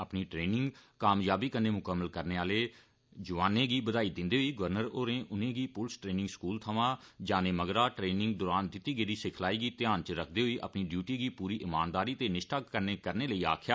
अपनी ट्रैनिंग कामयाबी कन्नै मुकम्मल करने आले जवानें गी बधाई दिंदे होई गवर्नर होरें उनें गी पुलिस ट्रैनिंग स्कूल थमां जाने मगरा ट्रैनिंग दौरान दिती गेई सिखलाई गी ध्यान इच रखदे होई अपनी डयूटी गी पूरी ईमानदारी ते निश्ठा कन्नै करने लेई आक्खेया